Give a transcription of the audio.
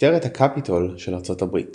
משטרת הקפיטול של ארצות הברית